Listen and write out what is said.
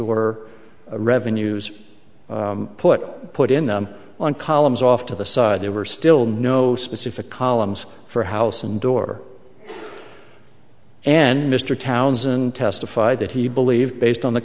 door revenues put put in the on columns off to the side there were still no specific columns for house and door and mr townsend testified that he believed based on the